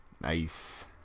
Nice